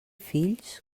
fills